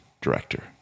director